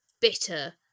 bitter